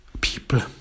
people